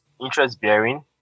interest-bearing